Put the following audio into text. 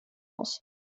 oss